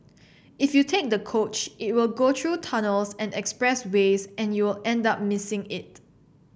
if you take the coach it will go through tunnels and expressways and you'll end up missing it